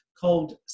called